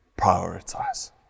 prioritize